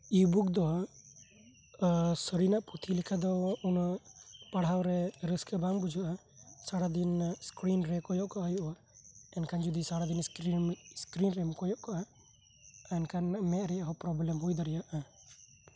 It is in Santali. ᱤ ᱵᱩᱠ ᱫᱚᱥᱟᱨᱤᱱᱟᱜ ᱯᱩᱛᱷᱤ ᱞᱮᱠᱟᱫᱚ ᱚᱱᱟ ᱯᱟᱲᱦᱟᱣ ᱨᱮ ᱨᱟᱹᱥᱠᱟᱹ ᱵᱟᱝ ᱵᱩᱡᱷᱟᱹᱜᱼᱟ ᱥᱟᱨᱟ ᱫᱤᱱ ᱚᱱᱟ ᱥᱠᱨᱤᱱ ᱨᱮ ᱠᱚᱭᱚᱜ ᱠᱟᱜ ᱦᱩᱭᱩᱜᱼᱟ ᱮᱱᱠᱷᱟᱱ ᱡᱩᱫᱤ ᱥᱟᱨᱟᱫᱤᱱᱡᱩᱫᱤ ᱥᱠᱨᱤᱱ ᱥᱠᱨᱤᱱ ᱨᱮᱢ ᱠᱚᱭᱚᱜ ᱠᱟᱜᱼᱟ ᱮᱱᱠᱷᱟᱱ ᱢᱮᱜ ᱨᱮᱭᱟᱜ ᱦᱚᱸ ᱯᱨᱚᱵᱽᱞᱮᱢ ᱦᱩᱭ ᱫᱟᱲᱮᱭᱟᱜᱼᱟ